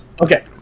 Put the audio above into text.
Okay